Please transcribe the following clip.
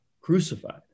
Crucified